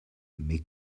mais